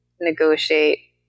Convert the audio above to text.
negotiate